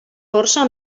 força